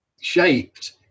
shaped